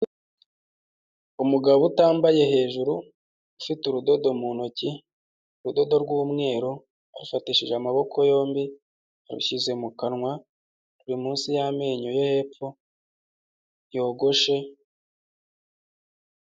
Umugabo utambaye hejuru ufite urudodo mu ntoki, urudodo rw'umweru, afatishije amaboko yombi arushyize mu kanwa ruri munsi y'amenyo yo hepfo, yogoshe.